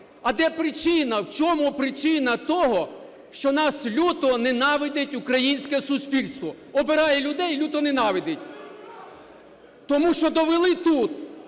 А де причина, в чому причина того, що нас люто ненавидить українське суспільство? Обирає людей і люто ненавидить. Тому що довели тут,